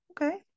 okay